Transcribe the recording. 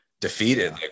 defeated